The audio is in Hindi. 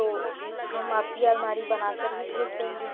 तो हम आपकी अलमारी बनाकर ही भेज देंगे